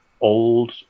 old